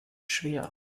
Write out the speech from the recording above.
schwer